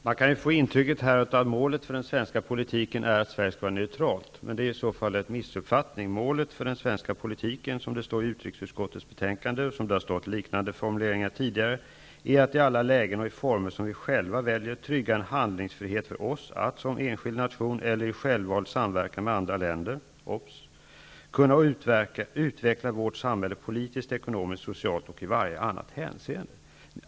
Fru talman! Man kan få intrycket att målet för den svenska politiken är att Sverige skall vara neutralt. Det är i så fall en missuppfattning. Målet för den svenska politiken uttryckt i utrikesutskottets betänkande -- liknande formuleringar har funnits tidigare -- är att i alla lägen och i former som vi själva väljer trygga en handlingsfrihet för oss att som enskild nation eller i självvald samverkan med andra länder kunna utveckla vårt samhälle politiskt, ekonomisk, socialt och i varje annat hänseende.